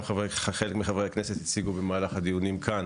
חלק מחברי הכנסת הציגו במהלך הדיונים כאן,